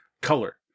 color